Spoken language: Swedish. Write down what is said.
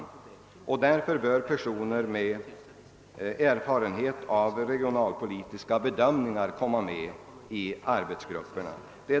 Därför, säger man i reservationen, bör personer med erfarenhet av regionalpolitiska bedömningar komma med i arbetsgrupperna.